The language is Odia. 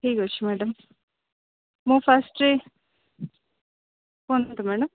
ଠିକ୍ ଅଛି ମ୍ୟାଡ଼ାମ୍ ମୁଁ ଫାଷ୍ଟରେ କୁହନ୍ତୁ ମ୍ୟାଡ଼ାମ୍